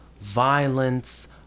violence